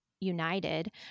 united